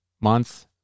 month